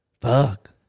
Fuck